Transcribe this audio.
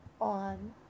on